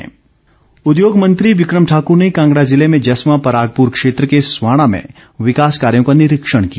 बिक्रम ठाकूर उद्योग मंत्री बिक्रम ठाकर ने कांगड़ा जिले में जसवां परागपुर क्षेत्र के स्वाणा में विकास कार्यों का निरीक्षण किया